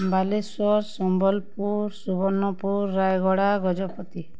Baleswar Sambalpur Subarnapur Rayagada Gajapati